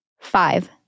Five